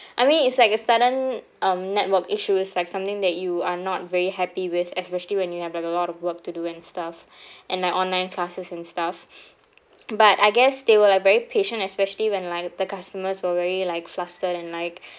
I mean it's like a sudden um network issues like something that you are not very happy with especially when you have like a lot of work to do and stuff and like online classes and stuff but I guess they were like very patient especially when like the customers were very like flustered and like